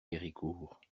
héricourt